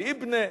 ועל יִבּנה,